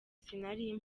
sinari